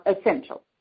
essential